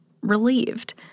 relieved